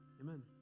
amen